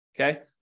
Okay